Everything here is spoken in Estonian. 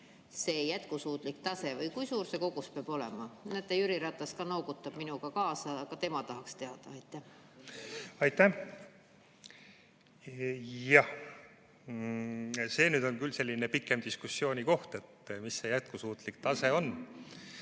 see jätkusuutlik tase või kui suur see kogus peab olema? Näete, Jüri Ratas noogutab minuga kaasa, ka tema tahaks teada. Aitäh! Jah, see nüüd on küll selline pikema diskussiooni teema, mis see jätkusuutlik tase on.